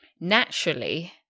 naturally